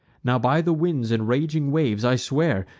now by the winds and raging waves i swear,